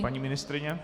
Paní ministryně?